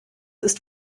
ist